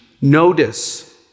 Notice